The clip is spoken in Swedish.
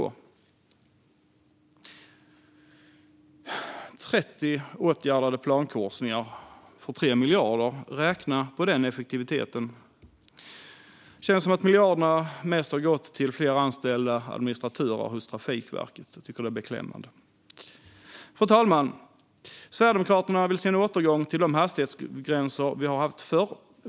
Ett trettiotal åtgärdade plankorsningar för 3 miljarder - räkna på den effektiviteten! Det känns som om miljarderna mest har gått till att få fler anställda administratörer hos Trafikverket. Det är beklämmande. Fru talman! Sverigedemokraterna vill se en återgång till de hastighetsgränser vi hade förr.